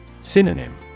Synonym